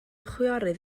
chwiorydd